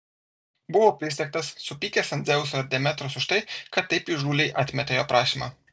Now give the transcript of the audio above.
buvo prislėgtas supykęs ant dzeuso ir demetros už tai kad taip įžūliai atmetė jo prašymą